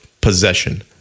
possession